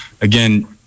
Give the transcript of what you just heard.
Again